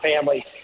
family